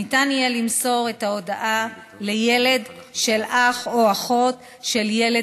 ניתן יהיה למסור את ההודעה לילד של אח או אחות של ילד,